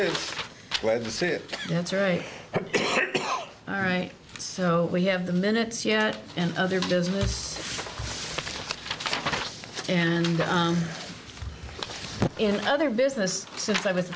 sit that's right all right so we have the minutes yeah and other business and in other business since i was